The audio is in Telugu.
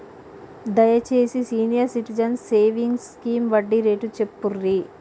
దయచేసి సీనియర్ సిటిజన్స్ సేవింగ్స్ స్కీమ్ వడ్డీ రేటు చెప్పుర్రి